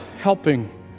helping